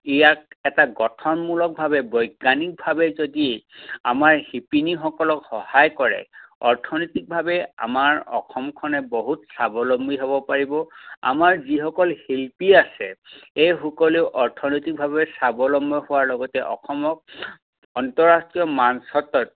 ইয়াত এটা গঠনমূলকভাৱে বৈজ্ঞানিকভাৱে যদি আমাৰ শিপিনীসকলক সহায় কৰে অৰ্থনৈতিকভাৱে আমাৰ অসমখনে বহুত স্বাৱলম্বী হ'ব পাৰিব আমাৰ যিসকল শিল্পী আছে এই সকলেও অৰ্থনৈতিকভাৱে স্বাৱলম্বী হোৱাৰ লগতে অসমক আন্তঃৰাষ্ট্ৰীয় মানচিত্ৰত